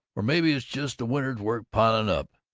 or maybe it's just the winter's work piling up,